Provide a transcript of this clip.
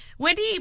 Wendy